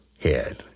head